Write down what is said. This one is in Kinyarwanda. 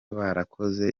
barakoze